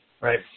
right